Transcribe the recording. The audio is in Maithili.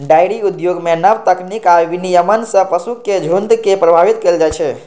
डेयरी उद्योग मे नव तकनीक आ विनियमन सं पशुक झुंड के प्रबंधित कैल जाइ छै